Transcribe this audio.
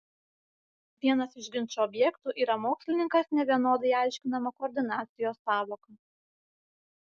vienas iš ginčo objektų yra mokslininkas nevienodai aiškinama koordinacijos sąvoka